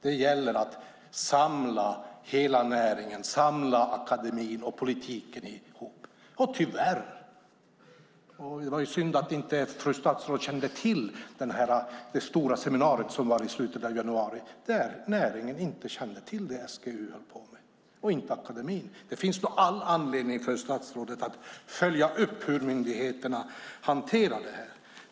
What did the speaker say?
Det gäller att samla hela näringen, akademien och politiken. Det var synd att fru statsrådet inte kände till det stora seminariet i slutet av januari. Näringen och akademien kände inte till vad SGU håller på med. Det finns all anledning för statsrådet att följa upp hur myndigheterna hanterar frågan.